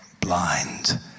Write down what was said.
blind